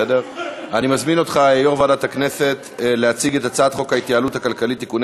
בדבר חלוקה ופיצול של הצעת חוק התוכנית הכלכלית (תיקוני